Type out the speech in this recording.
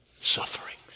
sufferings